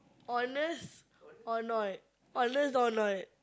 honest or not honest or not